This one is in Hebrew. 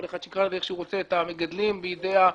אחד שיקרא שלזה איך שהוא רוצה את המגדלים ביד המתווה